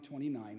29